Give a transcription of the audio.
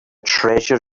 treasure